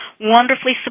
wonderfully